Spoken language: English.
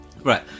right